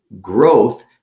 growth